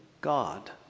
God